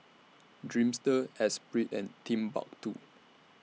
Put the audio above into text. Dreamster Esprit and Timbuktwo